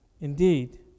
Indeed